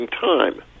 time